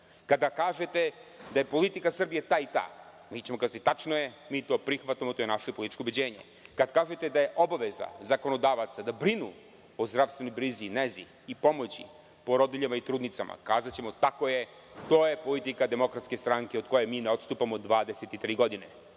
Kada kažete da je politika Srbije ta i ta, reći ćemo – tačno je, mi to prihvatamo, to je naše političko ubeđenje. Kada kažete da je obaveza zakonodavaca da brinu o zdravstvenoj brizi, nezi i pomoći porodiljama i trudnicama, kazaćemo – tako je, to je politika DS od koje mi ne odstupamo 23 godine.